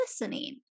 listening